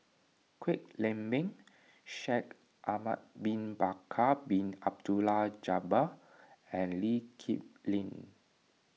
Kwek Leng Beng Shaikh Ahmad Bin Bakar Bin Abdullah Jabbar and Lee Kip Lin